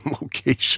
location